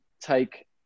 take